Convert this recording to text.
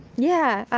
yeah,